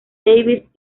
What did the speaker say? davis